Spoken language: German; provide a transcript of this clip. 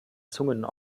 zungen